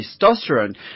testosterone